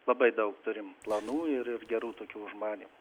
labai daug turim planų ir ir gerų tokių užmanymų